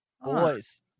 Boys